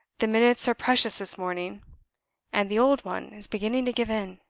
the minutes are precious this morning and the old one is beginning to give in.